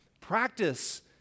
Practice